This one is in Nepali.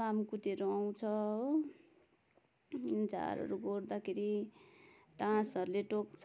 लामखुट्टेहरू आउँछ हो झारहरू गोड्दाखेरि डाँसहरूले टोक्छ